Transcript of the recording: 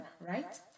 right